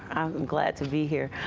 glad to be here!